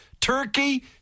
Turkey